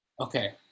Okay